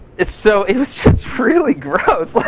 it so it was just really gross. like,